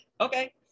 okay